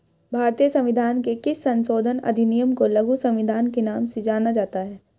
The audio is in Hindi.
भारतीय संविधान के किस संशोधन अधिनियम को लघु संविधान के नाम से जाना जाता है?